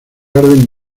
arden